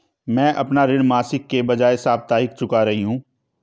मैं अपना ऋण मासिक के बजाय साप्ताहिक चुका रही हूँ